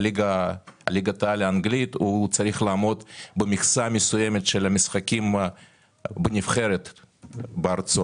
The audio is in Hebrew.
לליגת העל האנגלית הוא צריך לעמוד במכסה מסוימת של משחקים בנבחרת בארצו.